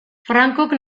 francok